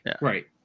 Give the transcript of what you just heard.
right